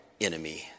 enemy